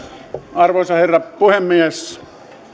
arvoisa herra puhemies